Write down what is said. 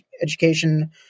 education